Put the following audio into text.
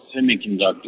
semiconductors